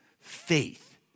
Faith